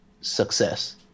success